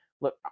Look